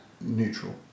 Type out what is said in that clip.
neutral